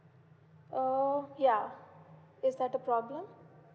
uh yeah is that a problem